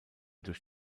durch